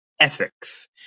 ethics